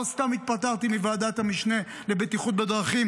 לא סתם התפטרתי מוועדת המשנה לבטיחות בדרכים,